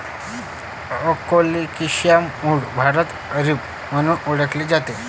colocasia मूळ भारतात अरबी म्हणून ओळखले जाते